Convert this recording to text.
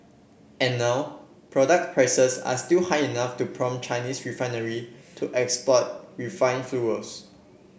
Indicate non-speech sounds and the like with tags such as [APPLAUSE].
and now product prices are still high enough to prompt Chinese [UNINTELLIGIBLE] to export refined fuels